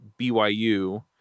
BYU